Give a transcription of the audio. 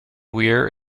weir